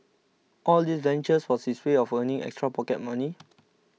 all these ventures was his way of earning extra pocket money